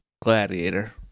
Gladiator